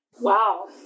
Wow